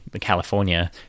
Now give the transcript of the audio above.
California